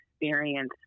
experience